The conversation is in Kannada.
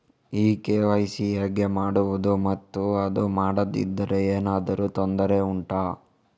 ಈ ಕೆ.ವೈ.ಸಿ ಹೇಗೆ ಮಾಡುವುದು ಮತ್ತು ಅದು ಮಾಡದಿದ್ದರೆ ಏನಾದರೂ ತೊಂದರೆ ಉಂಟಾ